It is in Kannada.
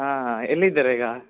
ಹಾಂ ಎಲ್ಲಿ ಇದ್ದೀರಾ ಈಗ